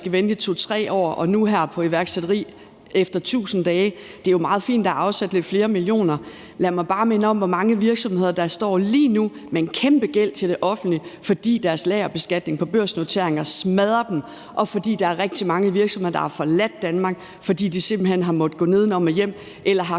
at det altså nu her i forhold til iværksætteriet er 1.000 dage. Det er jo meget fint, at der er afsat lidt flere millioner. Lad mig bare minde om, hvor mange virksomheder der lige nu står med en kæmpe gæld til det offentlige, fordi deres lagerbeskatning på børsnoteringer smadrer dem, og at der er rigtig mange virksomheder, der har forladt Danmark, fordi de simpelt hen har måttet gå nedenom og hjem, eller